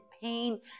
pain